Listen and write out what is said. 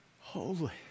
Holy